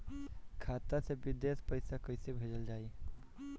खाता से विदेश पैसा कैसे भेजल जाई?